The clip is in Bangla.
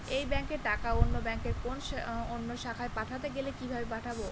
এক ব্যাংকের টাকা অন্য ব্যাংকের কোন অন্য শাখায় পাঠাতে গেলে কিভাবে পাঠাবো?